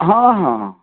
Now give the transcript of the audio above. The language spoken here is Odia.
ହଁ ହଁ ହଁ